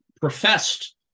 professed